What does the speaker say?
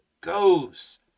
goes